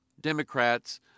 Democrats